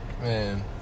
Man